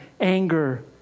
anger